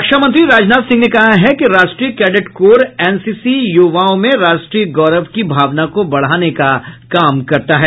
रक्षामंत्री राजनाथ सिंह ने कहा है कि राष्ट्रीय cadet corps N C C यूवाओं में राष्ट्रीय गौरव की भावना को बढ़ाने का काम करता है